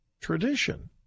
tradition